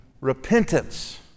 repentance